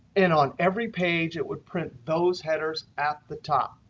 and on every page, it would print those headers at the top.